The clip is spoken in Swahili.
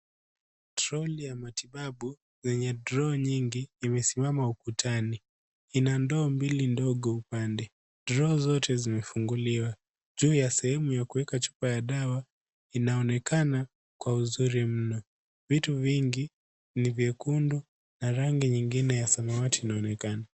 Troli ya matibabu yenye droo nyingi imesimama ukutani, ina ndoo mbili ndogo upande. Droo zote zimefunguliwa, juu ya sehemu ya kuweka chupa ya dawa inaonekana kwa uzuri mno, vitu vingi ni vyekundu na rangi nyingine ya samwati inaonekana.